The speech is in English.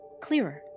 clearer